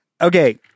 okay